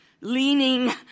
leaning